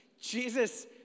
jesus